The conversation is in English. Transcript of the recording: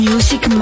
Music